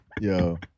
Yo